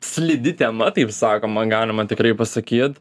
slidi tema taip sakoma galima tikrai pasakyt